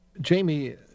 Jamie